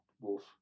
Wolf